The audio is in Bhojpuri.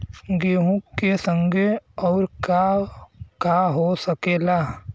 गेहूँ के संगे अउर का का हो सकेला?